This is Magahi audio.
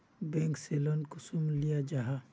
बैंक से लोन कुंसम लिया जाहा?